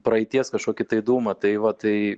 praeities kažkokį tai dūmą tai va tai